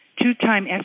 Two-time